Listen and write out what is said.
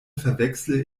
verwechsle